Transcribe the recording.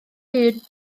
hun